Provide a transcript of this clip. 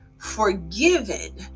forgiven